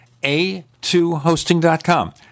a2hosting.com